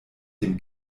dem